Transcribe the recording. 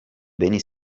beni